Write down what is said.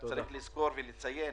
צריך לזכור ולציין